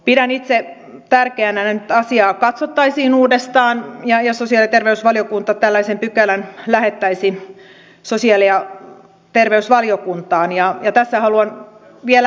pidän itse tärkeänä että asiaa katsottaisiin uudestaan ja jos sosiaali ja terveysvaliokunta tällaisen pykälän lähettäisi sosiaali ja terveysvaliokuntaan ja tässä haluan vielä